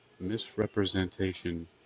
misrepresentation